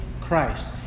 Christ